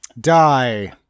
Die